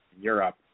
Europe